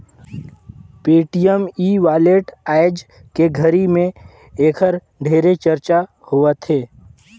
Paytm e wallet आयज के घरी मे ऐखर ढेरे चरचा होवथे